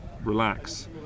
relax